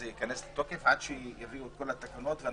ייכנס לתוקף עד שיביאו את כל התקנות.